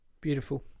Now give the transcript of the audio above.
Beautiful